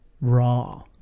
Raw